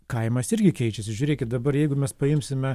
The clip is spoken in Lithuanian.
kaimas irgi keičiasi žiūrėkit dabar jeigu mes paimsime